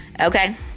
okay